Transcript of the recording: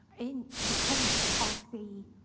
in the case of the